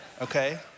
Okay